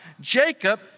Jacob